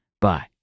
Bye